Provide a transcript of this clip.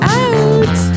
out